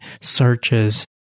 searches